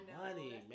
money